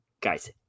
guys